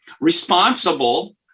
responsible